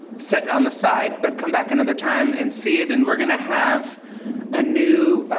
set on the side, but come back another time and see it, and we're gonna have a new,